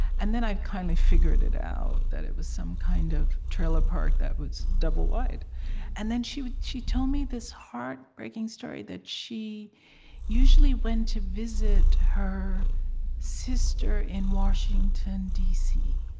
and then i kind of figured it out, that it was some kind of trailer park that was double wide and then she she told me this heartbreaking story that she usually went to visit her sister in washington, d c.